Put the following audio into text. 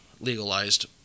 legalized